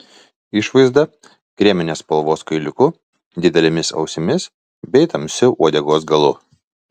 išvaizda kreminės spalvos kailiuku didelėmis ausimis bei tamsiu uodegos galu